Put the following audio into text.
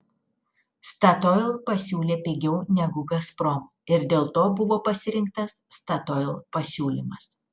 statoil pasiūlė pigiau negu gazprom ir dėl to buvo pasirinktas statoil pasiūlymas